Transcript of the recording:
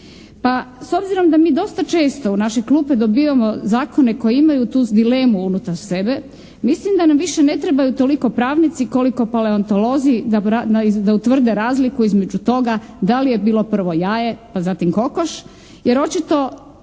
Pa s obzirom da mi dosta često u naše klupe dobivamo zakone koji imaju tu dilemu unutar sebe mislim da nam više ne trebaju toliko pravnici koliko paleontolozi da utvrde razliku između toga da li je bilo prvo jaje pa zatim kokoš, jer očito